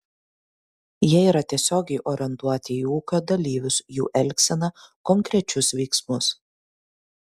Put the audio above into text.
jie yra tiesiogiai orientuoti į ūkio dalyvius jų elgseną konkrečius veiksmus